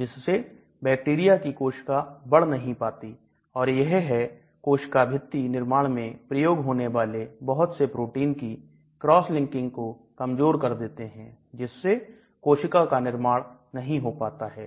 जिससे बैक्टीरिया की कोशिका बढ़ नहीं पाती और यह है कोशिका भित्ति निर्माण में प्रयोग होने वाले बहुत से प्रोटीन की क्रॉसलिंकिंग कमजोर कर देते हैं जिससे कोशिका का निर्माण नहीं हो पाता है